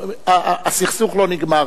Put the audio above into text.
הסכסוך לא נגמר,